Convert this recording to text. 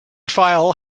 file